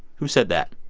who said that